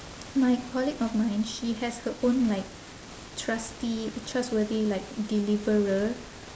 my colleague of mine she has her own like trusty trustworthy like deliverer